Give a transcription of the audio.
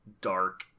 dark